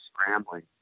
scrambling